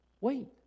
Wait